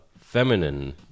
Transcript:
Feminine